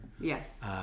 Yes